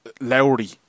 Lowry